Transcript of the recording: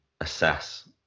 assess